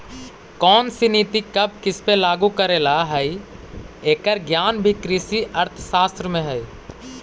कौनसी नीति कब किसपे लागू करे ला हई, एकर ज्ञान भी कृषि अर्थशास्त्र में हई